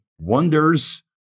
wonders